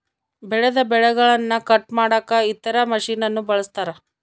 ಬೆಳೆದ ಬೆಳೆಗನ್ನ ಕಟ್ ಮಾಡಕ ಇತರ ಮಷಿನನ್ನು ಬಳಸ್ತಾರ